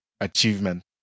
achievement